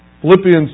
Philippians